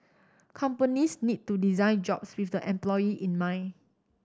companies need to design jobs with the employee in mind